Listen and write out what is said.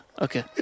Okay